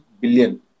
billion